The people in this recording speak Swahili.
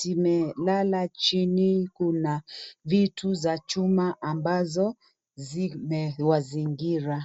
zimelala chini. Kuna vitu za juma ambazo zimewazingira.